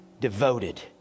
Devoted